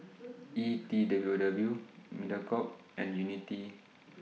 E T W W Mediacorp and Unity